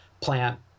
plant